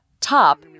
top